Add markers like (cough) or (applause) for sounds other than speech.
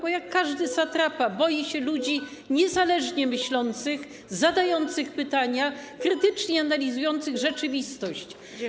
Bo jak każdy satrapa (noise) boją się ludzi niezależnie myślących, zadających pytania, krytycznie analizujących rzeczywistość.